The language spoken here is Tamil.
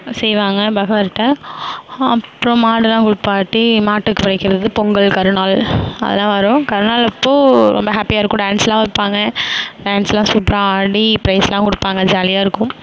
செய்வாங்க பகவர்ட்ட அப்புறம் மாடுலாம் குளிப்பாட்டி மாட்டுக்கு படைக்கிறது பொங்கல் கருநாள் அதலாம் வரும் கருநாளப்போ ரொம்ப ஹேப்பியாக இருக்கும் டான்ஸ்லாம் வைப்பாங்க டான்ஸ்லாம் சூப்பராக ஆடி ப்ரைஸ்லாம் கொடுப்பாங்க ஜாலியாக இருக்கும்